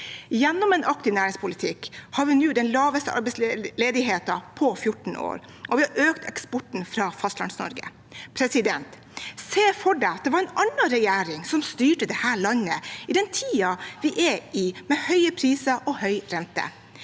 Gjennom en aktiv næringspolitikk har vi nå den laveste arbeidsledigheten på 14 år, og vi har økt eksporten fra Fastlands-Norge. Man kan se for seg at det var en annen regjering som styrte dette landet i den tiden vi er i, med høye priser og høy rente.